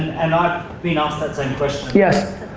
and i've been asked that same question yes.